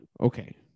Okay